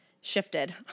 shifted